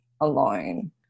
alone